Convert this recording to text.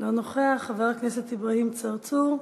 לא נוכח, חבר הכנסת אברהים צרצור,